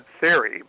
theory